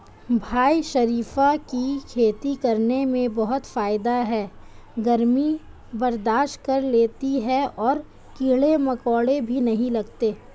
भाई शरीफा की खेती करने में बहुत फायदा है गर्मी बर्दाश्त कर लेती है और कीड़े मकोड़े भी नहीं लगते